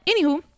anywho